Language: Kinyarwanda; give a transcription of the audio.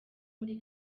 muri